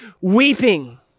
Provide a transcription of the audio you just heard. weeping